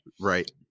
Right